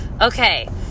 Okay